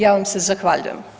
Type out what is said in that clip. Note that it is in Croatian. Ja vam se zahvaljujem.